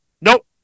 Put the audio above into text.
Nope